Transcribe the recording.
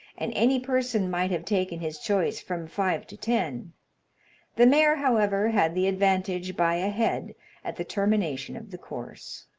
and any person might have taken his choice from five to ten the mare, however, had the advantage by a head at the termination of the course.